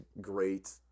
great